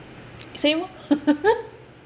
same orh